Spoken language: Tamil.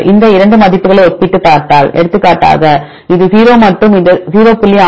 இந்த 2 மதிப்புகளை ஒப்பிட்டுப் பார்த்தால் எடுத்துக்காட்டாக இது 0 மற்றும் இந்த 0